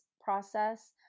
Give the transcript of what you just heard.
process